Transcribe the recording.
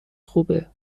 خوبه